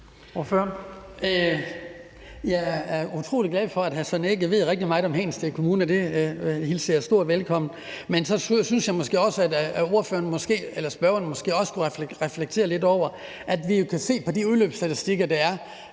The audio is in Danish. Jeg er utrolig glad for, at hr. Søren Egge Rasmussen ved rigtig meget om Hedensted Kommune. Det hilser jeg meget velkommen. Men så synes jeg måske også, at spørgeren skulle reflektere lidt over, at vi jo kan se på de udløbsstatistikker, der er,